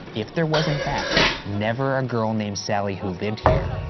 if there was in fact never a girl named sallie who lived here,